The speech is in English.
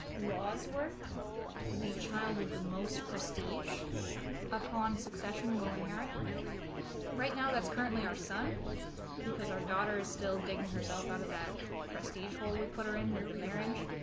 laws work the child with the most prestige upon succession will inherit right now that's currently our son because our daughter is still digging herself out of that prestige hole we put her in with the marriage